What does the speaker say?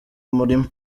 murima